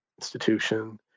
institution